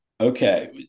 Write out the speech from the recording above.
Okay